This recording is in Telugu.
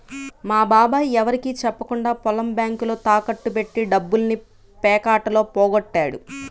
మా బాబాయ్ ఎవరికీ చెప్పకుండా పొలం బ్యేంకులో తాకట్టు బెట్టి డబ్బుల్ని పేకాటలో పోగొట్టాడు